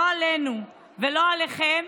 לא עלינו ולא עליכם,